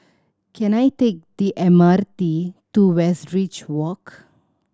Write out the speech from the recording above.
can I take the M R T to Westridge Walk